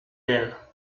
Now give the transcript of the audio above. d’elle